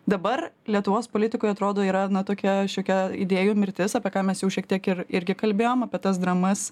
dabar lietuvos politikoj atrodo yra na tokia šiokia idėjų mirtis apie ką mes jau šiek tiek ir irgi kalbėjom apie tas dramas